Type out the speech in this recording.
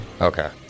Okay